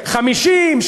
50,000,